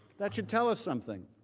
that should tell us something.